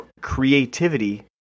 creativity